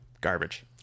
garbage